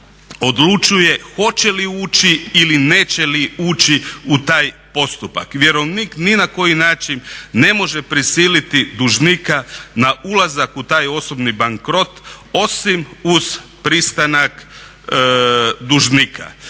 odlučuje hoće li ući ili neće li ući u taj postupak. Vjerovnik ni na koji način ne može prisiliti dužnika na ulazak u taj osobni bankrot osim uz pristanak dužnika.